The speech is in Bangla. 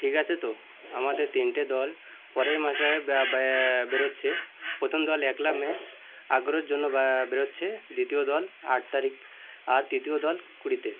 ঠিক আছে তো আমাদের তিনটে দল পরের মাসে ব্যাব্যা বেরোচ্ছে প্রথম দল একলা মে আগ্রার জন্য বা বেরোচ্ছে দ্বিতীয় দল আট তারিখ আর তৃতীয় দল কুড়িতে